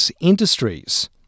industries